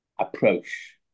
approach